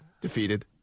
defeated